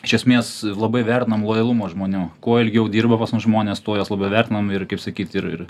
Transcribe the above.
iš esmės labai vertinam lojalumą žmonių kuo ilgiau dirba pas mus žmonės tuo juos labiau vertinam ir kaip sakyt ir ir